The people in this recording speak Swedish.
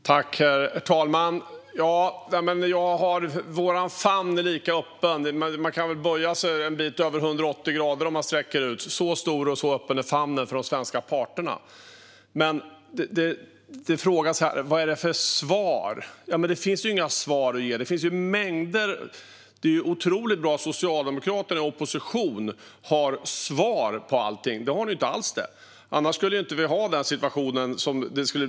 Herr talman! Vår famn är lika öppen. Den kan bli en bit över 180 grader med armarna utsträckta. Så stor och öppen är famnen för de svenska parterna. Det frågas om vad det är för svar, men det finns inga svar att ge. Det vore otroligt bra om Socialdemokraterna i opposition hade svar på allting, men det har de ju inte alls. Då skulle vi inte ha den situation vi har.